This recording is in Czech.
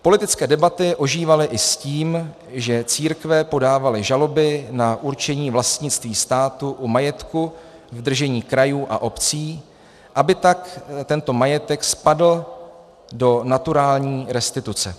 Politické debaty ožívaly i s tím, že církve podávaly žaloby na určení vlastnictví státu u majetku v držení krajů a obcí, aby tak tento majetek spadl do naturální restituce.